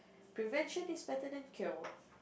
prevention is better than cure